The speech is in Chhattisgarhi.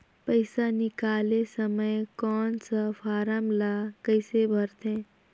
पइसा निकाले समय कौन सा फारम ला कइसे भरते?